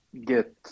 get